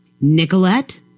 Nicolette